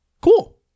Cool